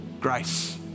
Grace